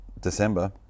December